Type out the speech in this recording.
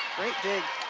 great dig.